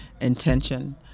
intention